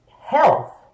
health